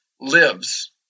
lives